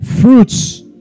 fruits